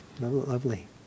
Lovely